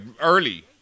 early